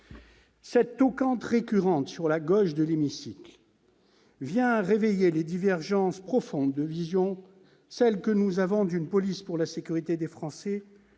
Cette toquade récurrente, sur la gauche de l'hémicycle, réveille les divergences profondes de vision, la nôtre, celle d'une police pour la sécurité des Français,